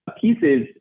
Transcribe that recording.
pieces